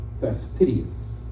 fastidious